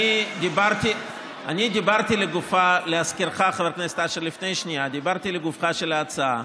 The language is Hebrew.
דיברתי לגופה של ההצעה.